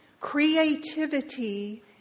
creativity